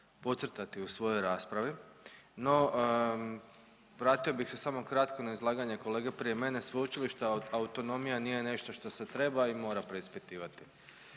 podcrtati u svojoj raspravi, no vratio bih se samo kratko na izlaganje kolege prije mene, sveučilišna autonomija nije nešto što se treba i mora preispitivati,